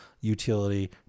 utility